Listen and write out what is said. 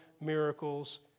miracles